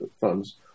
funds